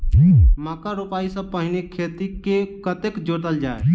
मक्का रोपाइ सँ पहिने खेत केँ कतेक जोतल जाए?